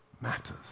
matters